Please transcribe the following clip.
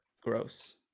Gross